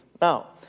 Now